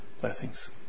Blessings